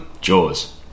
Jaws